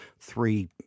three